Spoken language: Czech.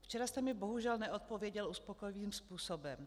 Včera jste mi bohužel neodpověděl uspokojivým způsobem.